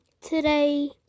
today